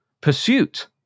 pursuit